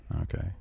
Okay